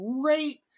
great